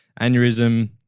Aneurysm